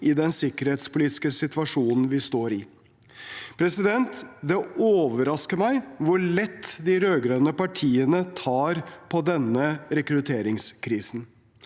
i den sikkerhetspolitiske situasjonen vi står i. Det overrasker meg hvor lett de rød-grønne partiene tar på denne rekrutteringskrisen.